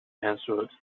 answered